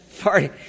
Party